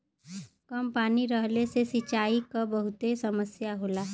कम पानी रहले से सिंचाई क बहुते समस्या होला